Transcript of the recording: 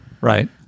right